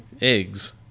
eggs